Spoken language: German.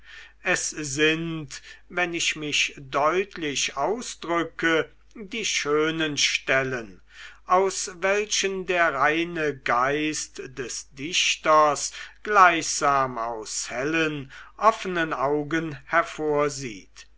es sind wenn ich mich so ausdrücke die schönen stellen aus welchen der reine geist des dichters gleichsam aus hellen offenen augen hervorsieht